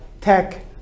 tech